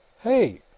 hey